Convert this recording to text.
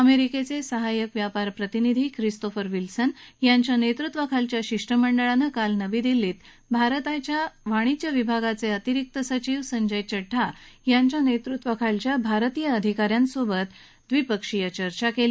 अमेरिकेचे सहाय्यक व्यापार प्रतिनिधी खिस्तोफर विल्सन यांच्या नेतृत्वाखालील शिष्टमंडळानं काल नवी दिल्लीत भारताच्या वाणिज्य विभागाचे अतिरिक्त सचिव संजय चड्ढा यांच्या नेतृत्वाखालील भारतीय अधिकाऱ्यांसोबत काल नवी दिल्लीत द्विपक्षीय चर्चा केली